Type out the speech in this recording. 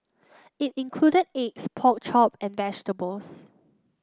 it included eggs pork chop and vegetables